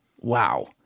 wow